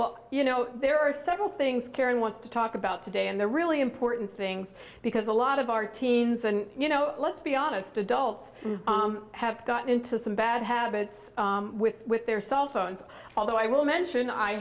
well you know there are several things karen wants to talk about today and the really important things because a lot of our teens and you know let's be honest adults have gotten into some bad habits with their cellphones although i will mention i